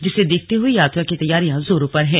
जिसे देखते हुए यात्रा की तैयारियां जोरों पर है